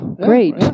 Great